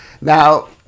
Now